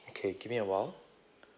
K give me a while